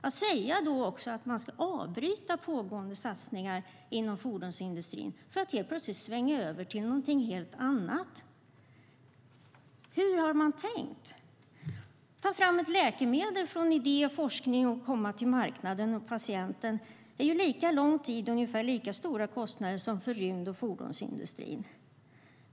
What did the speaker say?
Att man då säger att man ska avbryta pågående satsningar inom fordonsindustrin för att helt plötsligt svänga över till någonting helt annat får mig att undra hur man har tänkt. Att ta fram ett läkemedel från idé och forskning till marknaden och patienten kräver ju lika lång tid och ungefär lika stora kostnader som för rymd och fordonsindustrin.